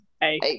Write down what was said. Hey